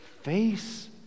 face